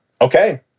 Okay